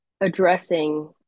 addressing